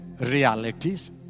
realities